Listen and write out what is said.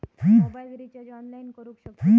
Mobile recharge online करुक शकतू काय?